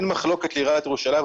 אין מחלוקת לעיריית ירושלים,